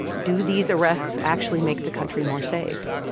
do these arrests actually make the country more safe?